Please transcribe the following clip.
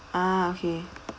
ah okay